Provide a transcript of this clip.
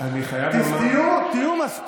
אם את הולכת,